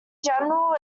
general